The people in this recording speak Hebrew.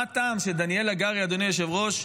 אדוני היושב-ראש,